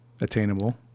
attainable